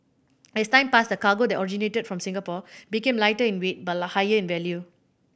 as time passed the cargo that originated from Singapore became lighter in weight but higher in value